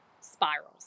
spirals